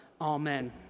Amen